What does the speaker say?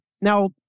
Now